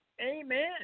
Amen